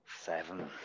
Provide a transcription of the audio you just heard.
Seven